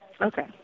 Okay